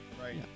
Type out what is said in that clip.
right